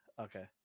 Okay